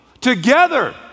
Together